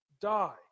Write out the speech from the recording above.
die